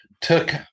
took